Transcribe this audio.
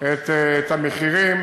את המחירים.